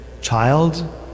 Child